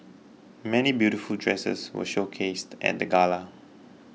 many beautiful dresses were showcased at the gala